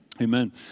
amen